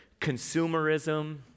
consumerism